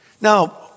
Now